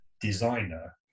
designer